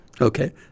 okay